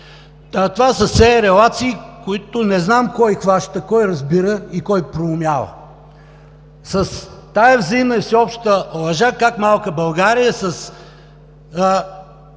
Това са все релации, които не знам кой хваща, кой разбира и кой проумява, с тази взаимна и всеобща лъжа как малка България с